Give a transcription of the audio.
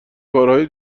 کارهای